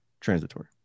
transitory